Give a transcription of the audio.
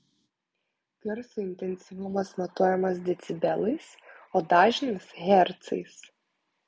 garso intensyvumas matuojamas decibelais o dažnis hercais